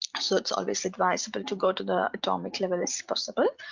so it's always advisable to go to the atomic level as possible.